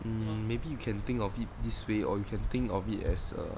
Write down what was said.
mm maybe you can think of it this way or you can think of it as a